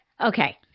okay